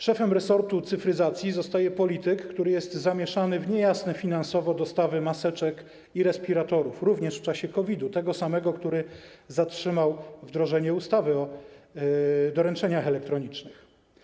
Szefem resortu cyfryzacji zostaje polityk, który jest zamieszany w niejasne finansowo dostawy maseczek i respiratorów, również w czasie COVID-u, tego samego, który zatrzymał wdrożenie ustawy o doręczeniach elektronicznych.